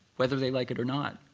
whether they like it or not.